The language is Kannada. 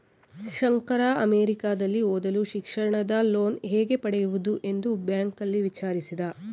ಶಂಕರ ಅಮೆರಿಕದಲ್ಲಿ ಓದಲು ಶಿಕ್ಷಣದ ಲೋನ್ ಹೇಗೆ ಪಡೆಯುವುದು ಎಂದು ಬ್ಯಾಂಕ್ನಲ್ಲಿ ವಿಚಾರಿಸಿದ